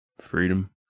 freedom